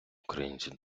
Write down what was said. українці